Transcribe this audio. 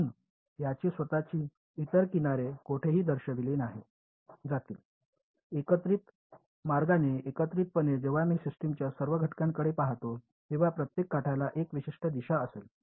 म्हणून याची स्वतःची इतर किनारे कोठेही दर्शविली जातील एकत्रित मार्गाने एकत्रितपणे जेव्हा मी सिस्टमच्या सर्व घटकांकडे पहातो तेव्हा प्रत्येक काठाला एक विशिष्ट दिशा असेल